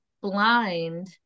blind